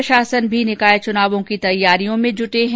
प्रशासन भी निकाय चुनावों की तैयारियों में जुटा हुआ है